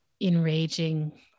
enraging